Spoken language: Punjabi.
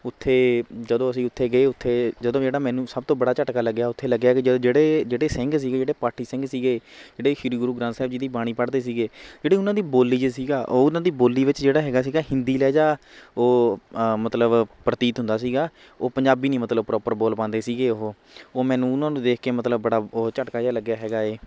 ਉੱਥੇ ਜਦੋਂ ਅਸੀਂ ਉੱਥੇ ਗਏ ਉੱਥੇ ਜਦੋਂ ਜਿਹੜਾ ਮੈਨੂੰ ਸਭ ਤੋਂ ਬੜਾ ਝਟਕਾ ਲੱਗਿਆ ਉੱਥੇ ਲੱਗਿਆ ਕਿ ਜਦੋਂ ਜਿਹੜੇ ਸਿੰਘ ਸੀਗੇ ਜਿਹੜੇ ਪਾਠੀ ਸਿੰਘ ਸੀਗੇ ਜਿਹੜੇ ਸ਼੍ਰੀ ਗੁਰੂ ਗ੍ਰੰਥ ਸਾਹਿਬ ਜੀ ਦੀ ਬਾਣੀ ਪੜ੍ਹਦੇ ਸੀਗੇ ਜਿਹੜੇ ਉਹਨਾਂ ਦੀ ਬੋਲੀ 'ਚ ਸੀਗਾ ਉਹਨਾਂ ਦੀ ਬੋਲੀ ਵਿੱਚ ਜਿਹੜਾ ਹੈਗਾ ਸੀਗਾ ਹਿੰਦੀ ਲਹਿਜਾ ਉਹ ਮਤਲਬ ਪ੍ਰਤੀਤ ਹੁੰਦਾ ਸੀਗਾ ਉਹ ਪੰਜਾਬੀ ਨਹੀਂ ਮਤਲਬ ਪ੍ਰੋਪਰ ਬੋਲ ਪਾਉਂਦੇ ਸੀਗੇ ਉਹ ਉਹ ਮੈਨੂੰ ਉਹਨਾਂ ਨੂੰ ਦੇਖ ਕੇ ਮਤਲਬ ਬੜਾ ਉਹ ਝਟਕਾ ਜਿਹਾ ਲੱਗਿਆ ਹੈਗਾ ਹੈ